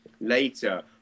later